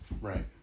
Right